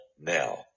now